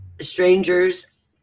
strangers